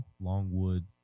Longwood